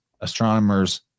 astronomers